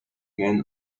man